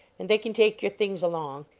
and they can take your things along.